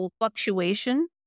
fluctuation